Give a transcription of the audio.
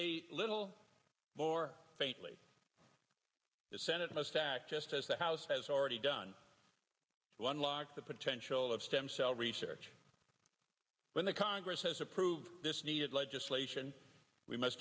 a little more faintly the senate must act just as the house has already done one like the potential of stem cell research when the congress has approved this needed legislation we must